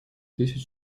тысяч